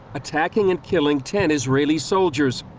attacking and killing ten israeli soldiers,